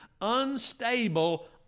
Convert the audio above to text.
unstable